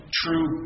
true